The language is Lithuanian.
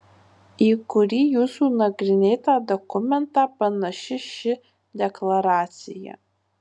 į kurį jūsų nagrinėtą dokumentą panaši ši deklaracija